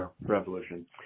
revolution